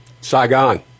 saigon